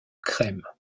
crème